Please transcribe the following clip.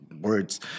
words